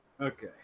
Okay